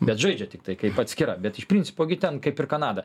bet žaidžia tiktai kaip atskira bet iš principo gi ten kaip ir kanada